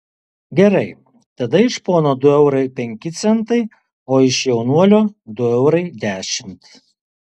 gerai tada iš pono du eurai penki centai o iš jaunuolio du eurai dešimt